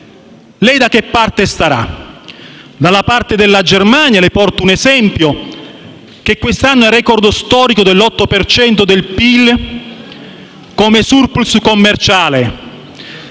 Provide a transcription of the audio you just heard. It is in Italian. Lei da che parte starà? Dalla parte della Germania - le porto un esempio - che quest'anno ha il *record* storico dell'8 per cento del PIL come *surplus* commerciale,